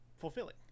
fulfilling